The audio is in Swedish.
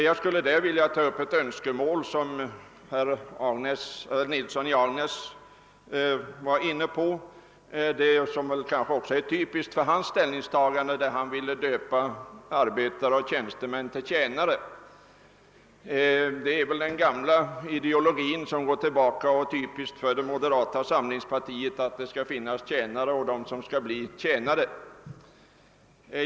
Jag skulle här vilja ta upp ett önskemål som även herr Nilsson i Agnäs var inne på. Kanske är det typiskt för hans ställningstagande, att han vill döpa arbetare och tjänstemän till tjänare. Det är väl den gamla ideologin, att det skall finnas tjänare, som tjänar sina herrar, vilket är typiskt för moderata samlingspartiet.